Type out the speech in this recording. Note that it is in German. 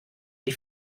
die